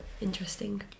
interesting